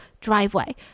driveway